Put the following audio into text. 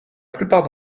plupart